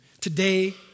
Today